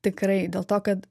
tikrai dėl to kad